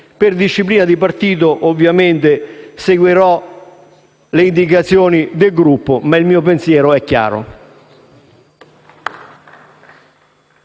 Per disciplina di partito, ovviamente, seguirò le indicazioni del Gruppo ma il mio pensiero è chiaro.